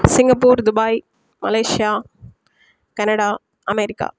Singapore Dubai Malaysia Canada America